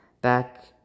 back